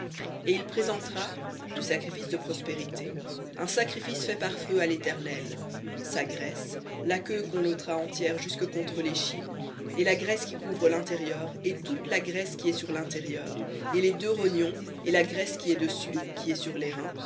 et il présentera du sacrifice de prospérités un sacrifice fait par feu à l'éternel sa graisse la queue qu'on ôtera entière jusque contre l'échine et la graisse qui couvre l'intérieur et toute la graisse qui est sur lintérieur et les deux rognons et la graisse qui est dessus qui est sur les reins